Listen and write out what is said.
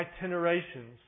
itinerations